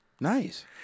Nice